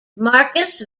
markus